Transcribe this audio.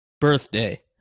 birthday